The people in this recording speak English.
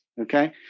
Okay